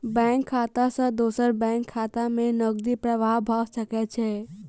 bank खाता सॅ दोसर बैंक खाता में नकदी प्रवाह भ सकै छै